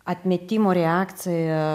atmetimo reakcija